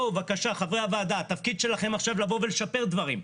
חברי הוועדה, התפקיד שלכם עכשיו הוא לשפר דברים.